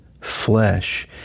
flesh